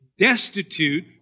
destitute